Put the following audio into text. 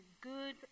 good